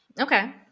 Okay